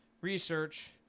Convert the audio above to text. research